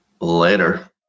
Later